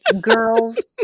girls